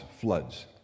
floods